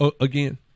again